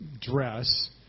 dress